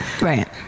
right